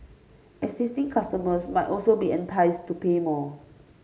existing customers might also be enticed to pay more